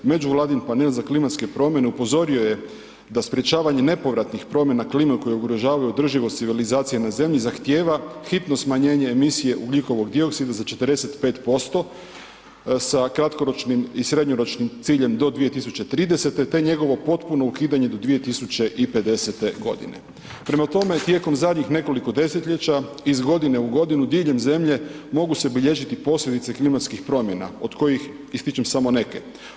Međuvladin panel za klimatske promijene upozorio je da sprječavanje nepovratnih promjena klime koje ugrožavaju održivost civilizacije na zemlji zahtijeva hitno smanjenje emisije ugljikovog dioksida za 45% sa kratkoročnim i srednjoročnim ciljem do 2030., te njegovo potpuno ukidanje do 2050.g. Prema tome, tijekom zadnjih nekoliko desetljeća, iz godine u godinu diljem zemlje mogu se bilježiti posljedice klimatskih promjena, od kojih ističem samo neke.